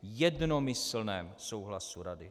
Jednomyslném souhlasu Rady.